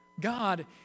God